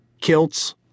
Kilts